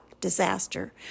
disaster